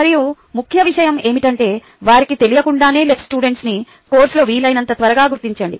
మరియు ముఖ్య విషయం ఏమిటంటే వారికి తెలియకుండానే లెఫ్ట్ స్టూడెంట్స్ని కోర్సులో వీలైనంత త్వరగా గుర్తించండి